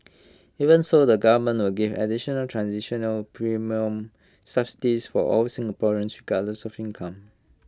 even so the government will give additional transitional premium subsidies for all Singaporeans regardless of income